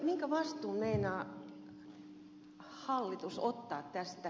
minkä vastuun meinaa hallitus ottaa tästä